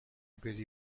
byli